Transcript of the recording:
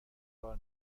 کار